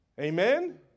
Amen